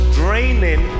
draining